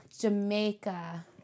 Jamaica